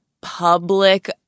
public